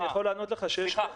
אני יכול לענות לך שיש --- סליחה,